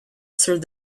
through